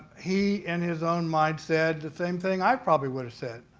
he, in his own mind said the same thing i probably would have said,